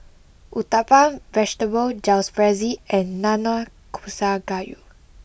Uthapam Vegetable Jalfrezi and Nanakusa Gayu